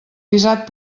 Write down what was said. visat